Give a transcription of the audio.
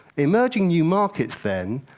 emerging new markets, then,